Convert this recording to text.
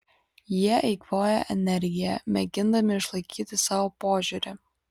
jie eikvoja energiją mėgindami išlaikyti savo požiūrį